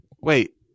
Wait